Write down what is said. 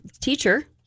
teacher